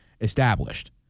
established—